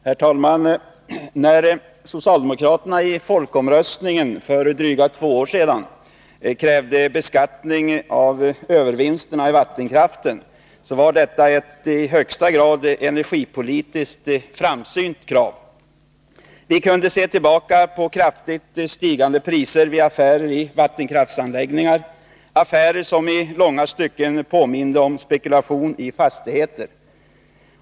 Herr talman! När socialdemokraterna i folkomröstningen för drygt två år sedan krävde beskattning av övervinsterna i vattenkraftsproduktionen, var detta ett i högsta grad energipolitiskt framsynt krav. Vi kunde se tillbaka på kraftigt stigande priser vid affärer i vattenkraftsanläggningar — affärer som i långa stycken påminde om spekulation i fastigheter.